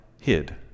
hid